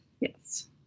yes